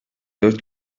dört